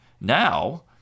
now